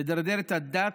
לדרדר את הדת,